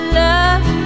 love